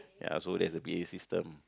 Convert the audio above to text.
ya so that's the P_A system